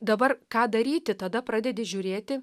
dabar ką daryti tada pradedi žiūrėti